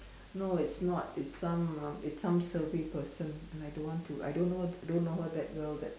no it's not it's some um it's some survey person and I don't want to I don't know her I don't know her that well that